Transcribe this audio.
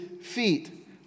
feet